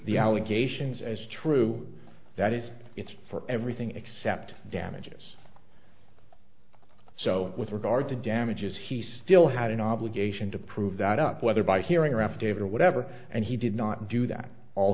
the allegations as true that is it's for everything except damages so with regard to damages he still had an obligation to prove that up whether by hearing or affidavit or whatever and he did not do that all